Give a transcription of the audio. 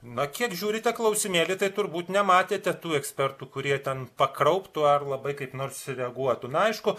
na kiek žiūrite klausimėlį tai turbūt nematėte tų ekspertų kurie ten pakrauptų ar labai kaip nors reaguotų na aišku